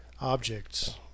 objects